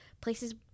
places